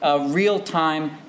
real-time